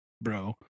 bro